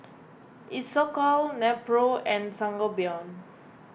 Isocal Nepro and Sangobion